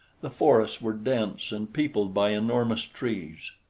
the forests were dense and peopled by enormous trees.